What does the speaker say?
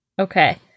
Okay